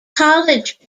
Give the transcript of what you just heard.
college